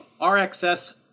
RxS